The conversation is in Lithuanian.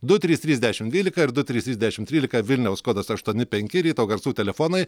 du trys trys dešimt dvylika ir du trys trys dešimt trylika vilniaus kodas aštuoni penki ryto garsų telefonai